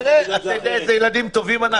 אתה יודע איזה ילדים טובים אנחנו?